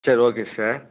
சரி okay sir